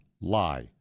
lie